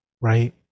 right